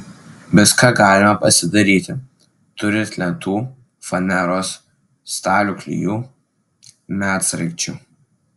viską galima pasidaryti turint lentų faneros stalių klijų medsraigčių